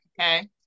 Okay